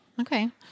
Okay